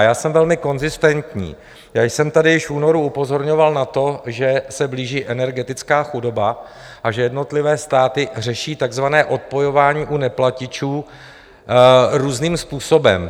Já jsem velmi konzistentní, já jsem tady již v únoru upozorňoval na to, že se blíží energetická chudoba a že jednotlivé státy řeší takzvané odpojování u neplatičů různým způsobem.